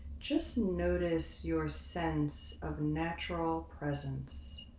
just notice your sense of natural presence.